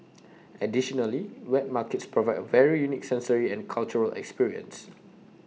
additionally wet markets provide A very unique sensory and cultural experience